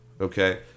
okay